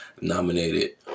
nominated